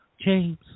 James